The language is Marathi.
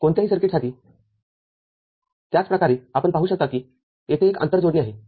कोणत्याही इतर सर्किटसाठी त्याच प्रकारे आपण पाहू शकता की तेथे एक आंतर जोडणी आहे